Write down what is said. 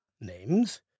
names